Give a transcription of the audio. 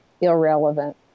irrelevant